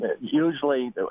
Usually